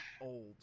old